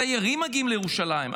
התיירים מגיעים לירושלים.